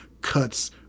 cuts